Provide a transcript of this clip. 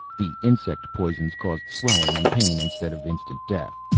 the insect poisons caused swelling and pain instead of instant death.